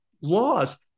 laws